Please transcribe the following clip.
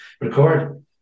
record